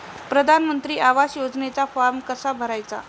प्रधानमंत्री आवास योजनेचा फॉर्म कसा भरायचा?